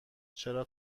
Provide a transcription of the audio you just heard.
چرا